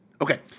Okay